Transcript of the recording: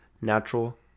natural